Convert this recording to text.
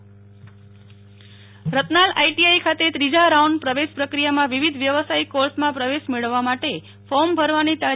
Nehal Thakkar Ratnal ITI Ratnal ITI ખાતે ત્રીજા round પ્રવેશ પ્રક્રિયામાં વિવિધ વ્યવાસયિક કોર્ષમાં પ્રવેશ મેળવવા માટે ફોર્મ ભરવાની તા